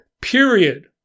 Period